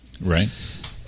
right